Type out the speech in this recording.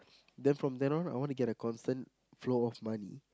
then from then on I want to get a constant flow of money